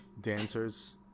dancers